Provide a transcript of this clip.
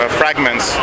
fragments